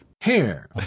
hair